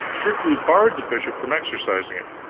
strictly barred the bishop from exercising it.